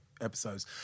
episodes